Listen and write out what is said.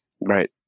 right